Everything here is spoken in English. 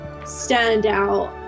standout